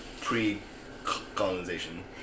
pre-colonization